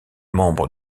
membre